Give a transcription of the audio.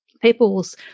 people's